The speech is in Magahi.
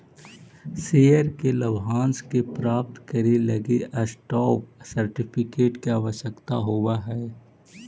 शेयर के लाभांश के प्राप्त करे लगी स्टॉप सर्टिफिकेट के आवश्यकता होवऽ हइ